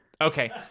Okay